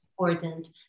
important